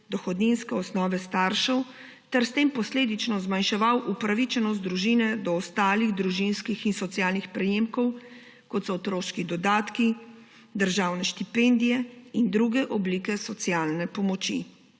dohodninske osnove staršev ter s tem posledično zmanjševal upravičenost družine do ostalih družinskih in socialnih prejemkov, kot so otroški dodatki, državne štipendije in druge oblike socialne pomoči.